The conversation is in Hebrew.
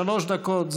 שלוש דקות,